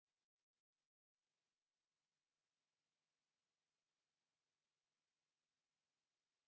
Kiitos.